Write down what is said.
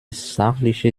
sachliche